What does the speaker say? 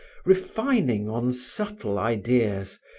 refining on subtle ideas,